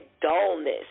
dullness